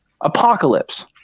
Apocalypse